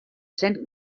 zen